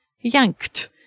yanked